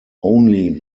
only